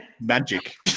Magic